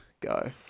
go